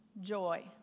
joy